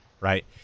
right